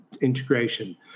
integration